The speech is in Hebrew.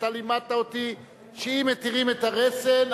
אתה לימדת אותי שאם מתירים את הרסן,